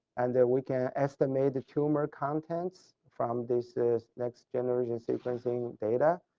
and we can estimate the tumor contents from this this next generation sequencing data.